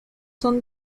son